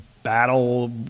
battle